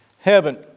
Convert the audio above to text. heaven